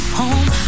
home